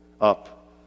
up